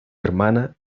hermana